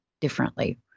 differently